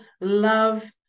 love